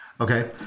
Okay